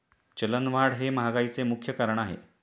चलनवाढ हे महागाईचे मुख्य कारण आहे